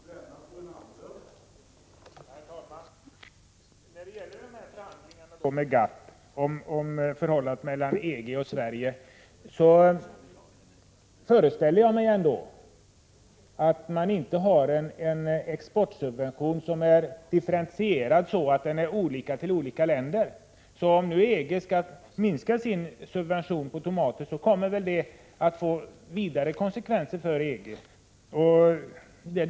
Herr talman! När det gäller förhandlingarna med GATT om förhållandet mellan EG och Sverige föreställer jag mig att man inte har en exportsubvention som är differentierad på så sätt att den är olika för olika länder. Om EG skall minska sin subvention på tomater, kommer väl det att få vidare konsekvenser för EG.